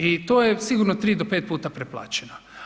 I to je sigurno 3 do 5 puta preplaćeno.